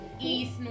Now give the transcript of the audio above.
east